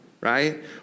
right